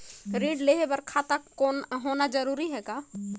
ऋण लेहे बर खाता होना जरूरी ह का?